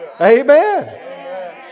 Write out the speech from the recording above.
Amen